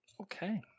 Okay